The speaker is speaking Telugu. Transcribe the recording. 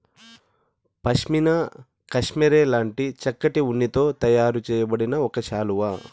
పష్మీనా కష్మెరె లాంటి చక్కటి ఉన్నితో తయారు చేయబడిన ఒక శాలువా